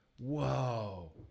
Whoa